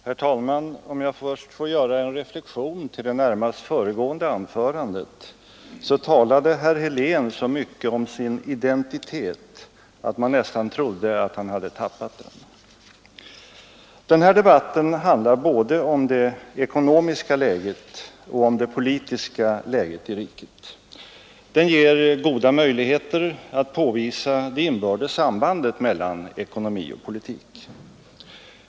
Herr talman! Om jag först får göra en reflexion till det närmast föregående anförandet, så talade herr Helén så mycket om sin identitet att man nästan trodde att han hade tappat den. Den här debatten handlar både om det ekonomiska läget och om det politiska läget i riket. Debatten ger goda möjligheter att påvisa det inbördes sambandet mellan ekonomi och politik.